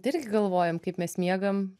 tai irgi galvojam kaip mes miegam